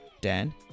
Dan